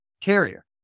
terrier